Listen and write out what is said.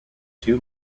two